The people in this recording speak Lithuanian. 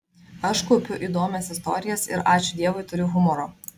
aš kaupiu įdomias istorijas ir ačiū dievui turiu humoro